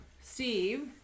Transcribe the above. steve